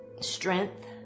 strength